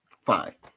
Five